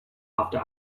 after